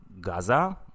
Gaza